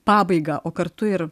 pabaigą o kartu ir